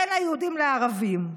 בין היהודים לערבים.